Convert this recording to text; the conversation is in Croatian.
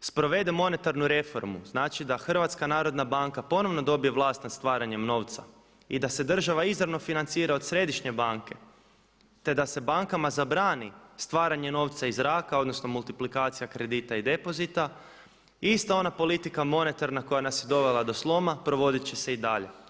sprovede monetarnu reformu, znači da HNB ponovno dobije vlast nad stvaranjem novca i da se država izravno financira od Središnje banke, te da se bankama zabrani stvaranje novca iz zraka, odnosno multiplikacija kredita i depozita, ista ona politika monetarna koja nas je dovela do sloma provodit će se i dalje.